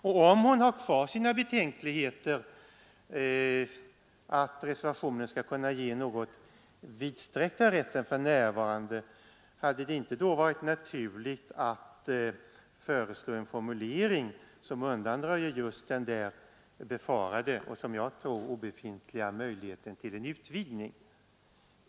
Och om fröken Bergegren har kvar sina betänkligheter att reservationen kan ge en mera vidsträckt rätt än för närvarande, så hade det väl varit naturligt att föreslå en formulering som undanröjer denna befarade men som jag tycker obefintliga möjlighet till en utvidgning!